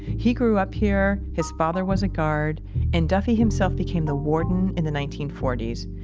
he grew up here. his father was a guard and duffy himself became the warden in the nineteen forty s.